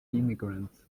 immigrants